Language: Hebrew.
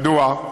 מדוע?